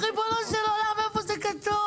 ריבונו של עולם, איפה זה כתוב?